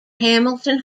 hamilton